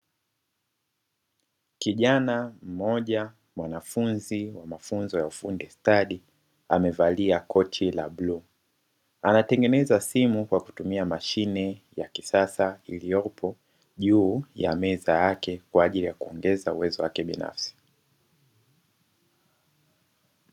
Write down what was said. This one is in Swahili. Kijana mmoja mwanafunzi mafunzo ya ufundi stadi, amevalia koti la bluu. Anatengeneza simu kwa kutumia mashine ya kisasa iliyopo juu ya meza yake, kwa ajili ya kuongeza uwezo wake binafsi.